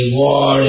war